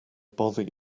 bother